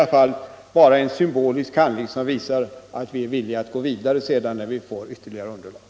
Det skulle vara en symbolisk handling som visar att vi är villiga att gå vidare när vi får ytterligare beslutsunderlag.